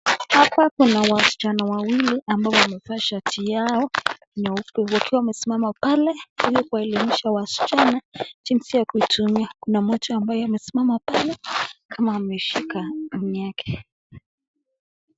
Hapa kuna wasichana wawili ambao wamevaa shati yao nyeupe, wakiwa wamesimama pale, pale ilikuonyesha wasichana jinsi ya kutumiwa. Kuna moja ambaye amesimama pale kama ameshika room,(cs), yake.